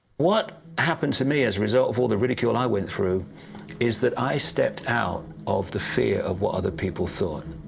what happened to me as a result of all the ridicule i went through is that i stepped out of the fear of what other people thought.